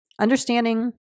understanding